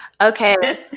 okay